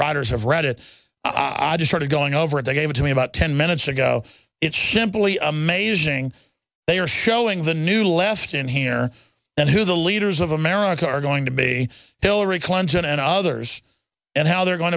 writers of reddit i just sort of going over it they gave it to me about ten minutes ago it's simply amazing they are showing the new left in here and who the leaders of america are going to be hillary clinton and others and how they're going